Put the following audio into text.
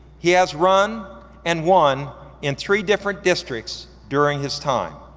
he has run and won in three different districts during his time.